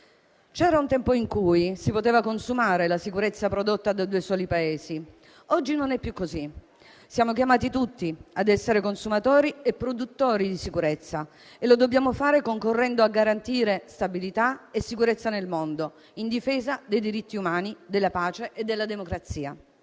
C'era un tempo in cui si poteva consumare la sicurezza prodotta da due soli Paesi. Oggi non è più così: siamo chiamati tutti a essere consumatori e produttori di sicurezza e lo dobbiamo fare concorrendo a garantire stabilità e sicurezza nel mondo, in difesa dei diritti umani, della pace e della democrazia.